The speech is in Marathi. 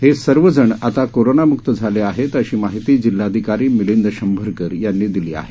हे सर्वजण आता कोरोनामुक्त झाले आहेत अशी माहिती जिल्हाधिकारी मिलिंद शंभरकर यांनी दिली आहे